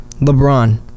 LeBron